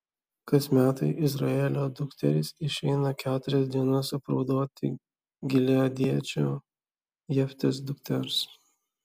kas metai izraelio dukterys išeina keturias dienas apraudoti gileadiečio jeftės dukters